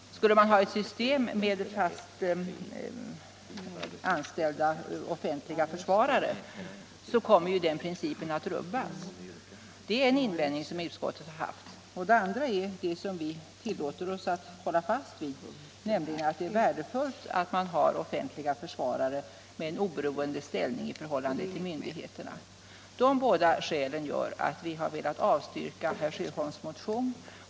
Skulle man ha ett system med fast anställda offentliga försvarare skulle den principen rubbas. Det är en invändning som utskottet gjort. En annan invändning, som vi tillåter oss att hålla fast vid, är att det är värdefullt att man har offentliga försvarare med en oberoende ställning i förhållandet till myndigheterna. Av dessa båda skäl har vi avstyrkt herr Sjöholms motion.